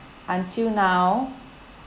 until now